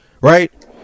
Right